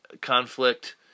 conflict